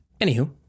Anywho